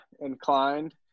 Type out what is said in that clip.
inclined